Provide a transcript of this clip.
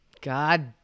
God